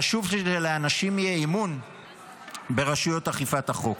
חשוב שלאנשים יהיה אמון ברשויות אכיפת החוק.